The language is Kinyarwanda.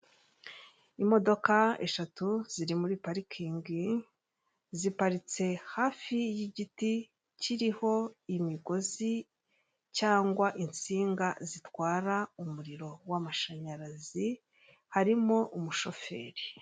Imodoka eshatu ziri muri parikingi ziparitse hafi y'igiti kiriho imigozi cyangwa insinga zitwara umuriro w'amashanyarazi harimo umushoferi.